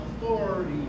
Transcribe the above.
authority